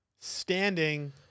standing